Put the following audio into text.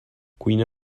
cuina